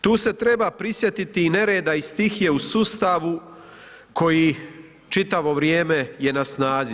Tu se treba prisjetiti i nereda i stihije u sustavu koji čitavo vrijeme je na snazi.